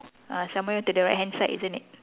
ah somewhere to the right hand side isn't it